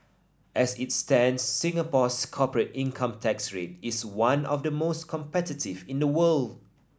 as it stands Singapore's corporate income tax rate is one of the most competitive in the world